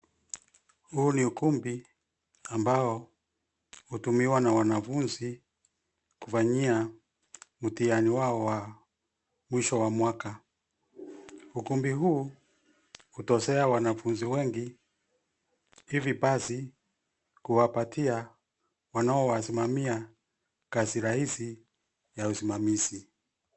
Huu ni ukumbi ambao hutumiwa na wanafunzi kufanyia mtihani wao wa mwisho wa mwaka. Ukumbi huu hutoshea wanafunzi wengi hivi basi kuwapatia wanaowasimamia kazi rahisi ya usimamizi.